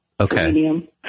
Okay